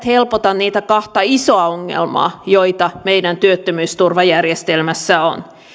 helpota niitä kahta isoa ongelmaa joita meidän työttömyysturvajärjestelmässä on